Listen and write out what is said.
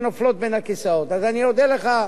אם תפרט קצת בסוגיה הזאת.